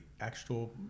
actual